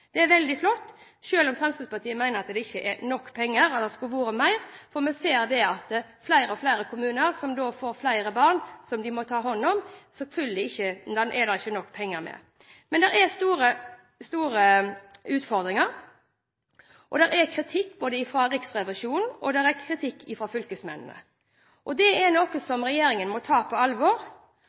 Det er veldig flott, selv om Fremskrittspartiet mener at det ikke er nok penger – det skulle vært mer – for vi ser at flere og flere kommuner får flere barn som de må ta hånd om, og at det ikke følger nok penger med. Men det er store utfordringer, og det er kommet kritikk både fra Riksrevisjonen og fra fylkesmennene. Det er noe som regjeringen må ta på alvor.